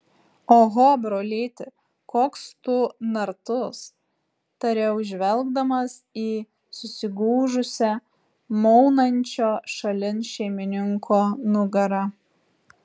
oho brolyti koks tu nartus tariau žvelgdamas į susigūžusią maunančio šalin šeimininko nugarą